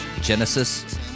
Genesis